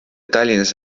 tallinnas